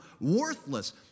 worthless